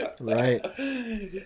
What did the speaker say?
right